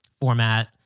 format